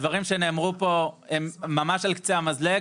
הדברים שנאמרו פה הם ממש על קצה המזלג.